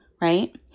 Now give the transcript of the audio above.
right